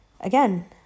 again